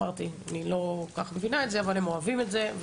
ואני כבר אמרתי שאני לא כל כך מבינה את זה אבל הם אוהבים את זה,